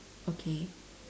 okay